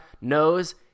knows